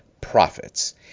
profits